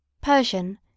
Persian